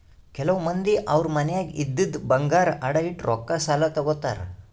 ಕೆಲವ್ ಮಂದಿ ಅವ್ರ್ ಮನ್ಯಾಗ್ ಇದ್ದಿದ್ ಬಂಗಾರ್ ಅಡ ಇಟ್ಟು ರೊಕ್ಕಾ ಸಾಲ ತಗೋತಾರ್